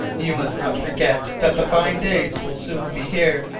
you must not forget that the fine days will soon be here.